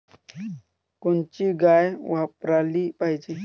कोनची गाय वापराली पाहिजे?